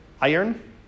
iron